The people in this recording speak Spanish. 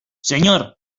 señor